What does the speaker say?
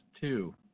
two